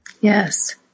Yes